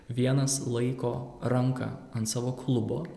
vienas laiko ranką ant savo klubo